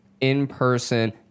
in-person